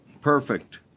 Perfect